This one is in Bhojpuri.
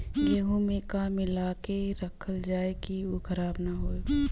गेहूँ में का मिलाके रखल जाता कि उ खराब न हो?